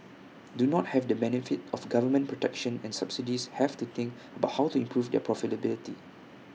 do not have the benefit of government protection and subsidies have to think about how to improve their profitability